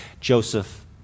Joseph